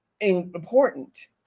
important